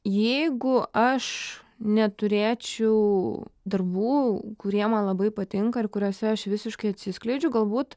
jeigu aš neturėčiau darbų kurie man labai patinka ir kuriose aš visiškai atsiskleidžiu galbūt